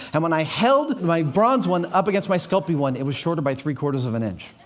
and when i held my bronze one up against my sculpey one, it was shorter by three-quarters of an inch.